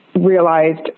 realized